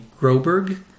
Groberg